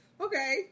okay